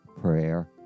prayer